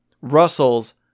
Russell's